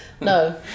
No